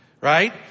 Right